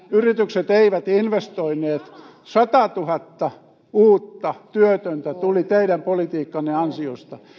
yritykset eivät investoineet satatuhatta uutta työtöntä tuli teidän politiikkanne ansiosta